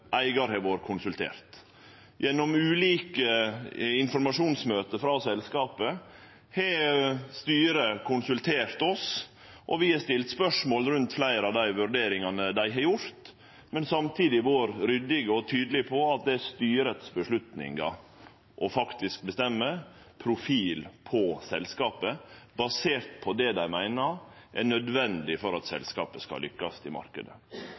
eigar har vore konsultert. Gjennom ulike informasjonsmøte frå selskapet si side har styret konsultert oss. Vi har stilt spørsmål rundt fleire av dei vurderingane dei har gjort, men samtidig vore ryddige og tydelige på at det er styret som skal ta avgjerder når det gjeld å bestemme profil på selskapet, basert på det dei meiner er nødvendig for at selskapet skal lykkast i